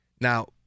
Now